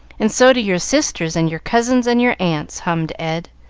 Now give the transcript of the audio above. and so do your sisters and your cousins and your aunts, hummed ed,